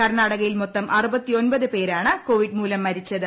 കർണാടകയിൽ മൊത്തം ക്ടിച്ചേർാണ് കോവിഡ് മൂലം മരിച്ചത്